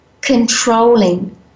controlling